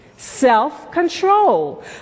Self-control